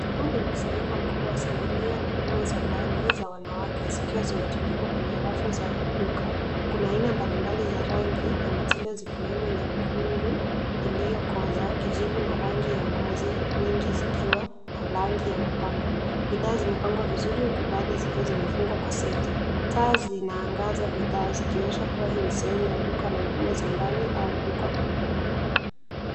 Huu ni mkusanyiko mkubwa wa sidiria na nguo za ndani za wanawake zikiwa zimetundikwa kwenye rafu za duka. Kuna aina mbalimbali za rangi na mitindo zikiwemo: nyekundu iliyokoza, kijivu, na rangi ya ngozi, nyingi zikiwa na rangi ya mapambo. Bidhaa zimepangwa vizuri huku baadhi zikiwa zimefungwa kwa seti. Taa zinaangaza bidhaa zikionyesha kuwa hii ni sehemu ya duka la nguo za ndani au duka kubwa.